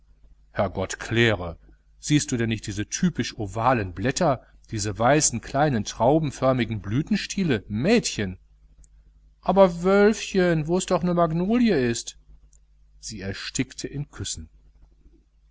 herr gott claire siehst du denn nicht diese typisch ovalen blätter die weißen kleinen traubenförmigen blütenstiele mädchen aber wölfchen wo es doch ne magnolie is sie erstickte in küssen